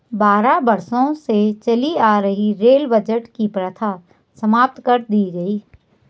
बारह वर्षों से चली आ रही रेल बजट की प्रथा समाप्त कर दी गयी